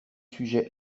sujets